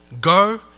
go